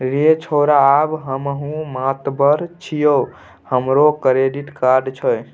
रे छौड़ा आब हमहुँ मातबर छियै हमरो क्रेडिट कार्ड छै